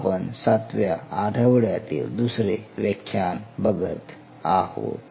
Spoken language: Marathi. आपण सातव्या आठवड्यातील दुसरे व्याख्यान बघत आहोत